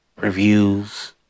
reviews